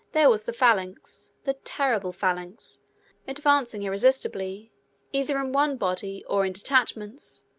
there was the phalanx the terrible phalanx advancing irresistibly either in one body or in detachments,